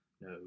No